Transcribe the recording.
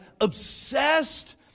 obsessed